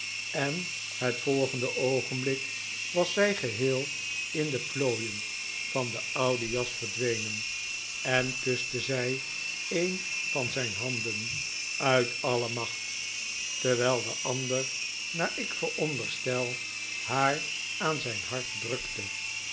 en het volgende oogenblik was zij geheel in de plooien van de oude jas verdwenen en kuste zij een van zijn handen uit alle macht terwijl de ander naar ik veronderstel haar aan zijn hart drukte